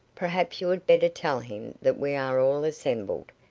perhaps you had better tell him that we are all assembled.